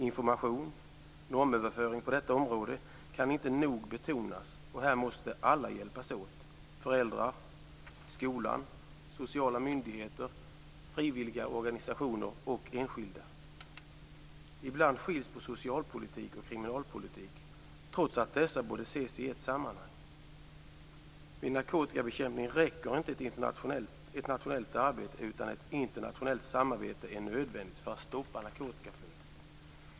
Information och normöverföring på detta område kan inte nog betonas, och här måste alla hjälpas åt - föräldrar, skola, sociala myndigheter, frivilliga organisationer och enskilda. Ibland skiljs det på socialpolitik och kriminalpolitik, trots att dessa borde ses i ett sammanhang. Vid narkotikabekämpning räcker inte nationellt arbete, utan ett internationellt samarbete är nödvändigt för att stoppa narkotikaflödet.